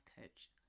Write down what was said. coach